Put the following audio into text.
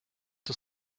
the